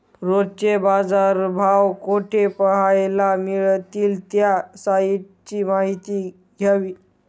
रोजचे बाजारभाव कोठे पहायला मिळतील? त्या साईटची माहिती द्यावी